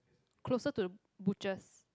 closer to the butchers